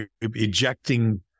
ejecting